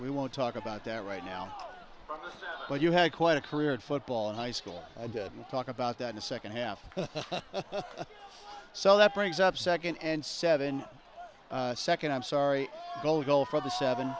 we won't talk about that right now but you had quite a career in football in high school i didn't talk about that a second half so that brings up second and seven second i'm sorry goal goal for the seven